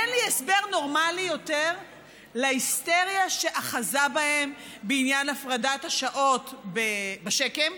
אין לי הסבר נורמלי יותר להיסטריה שאחזה בהם בעניין הפרדת השעות בשק"ם,